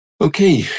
Okay